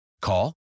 Call